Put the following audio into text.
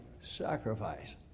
sacrifice